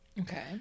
Okay